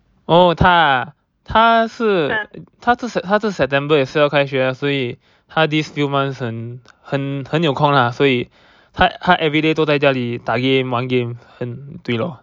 oh 她啊她是她是 september 也是要开学所以她 these few months 很很很有空啦所以她她 everyday 都在家里打 game 玩 game 很对 lor